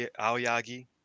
Aoyagi